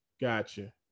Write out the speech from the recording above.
Gotcha